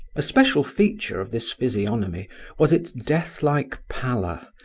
a special feature of this physiognomy was its death-like pallor,